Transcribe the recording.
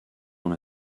dans